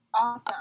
Awesome